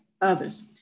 others